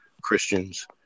Christians